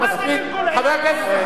תרשה לו, תודה רבה.